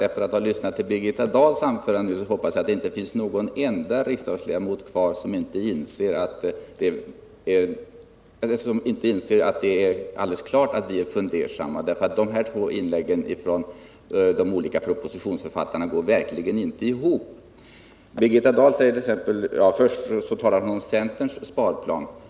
Efter att ha lyssnat till Birgitta Dahls anförande hoppas jag att det inte finns någon enda riksdagsledamot kvar som inte inser att det är alldeles klart att vi är fundersamma, därför att de här två inläggen från de olika propositionsförfattarna går verkligen inte ihop. Först talar Birgitta Dahl om centerns sparplan.